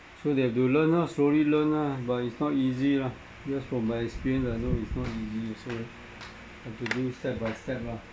so they have to learn ah slowly learn ah but it's not easy lah just from my experience lah no it's not easy also have to do step by step lah